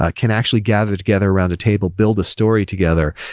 ah can actually gather together around the table, build a story together,